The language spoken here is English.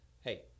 Hey